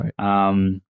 Right